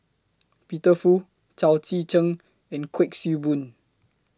Peter Fu Chao Tzee Cheng and Kuik Swee Boon